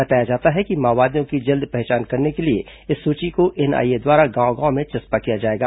बताया जाता है कि माओवादियों की जल्द पहचान करने के लिए इस सूची को एनआईए द्वारा गांव गांव में चस्पा किया जाएगा